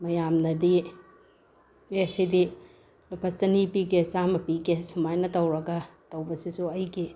ꯃꯌꯥꯝꯅꯗꯤ ꯑꯦ ꯁꯤꯗꯤ ꯂꯨꯄꯥ ꯆꯅꯤ ꯄꯤꯒꯦ ꯆꯥꯃ ꯄꯤꯒꯦ ꯁꯨꯃꯥꯏꯅ ꯇꯧꯔꯒ ꯇꯧꯕꯁꯤꯁꯨ ꯑꯩꯒꯤ